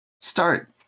start